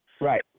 Right